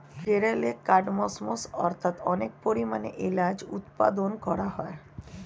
কেরলে কার্ডমমস্ অর্থাৎ অনেক পরিমাণে এলাচ উৎপাদন করা হয়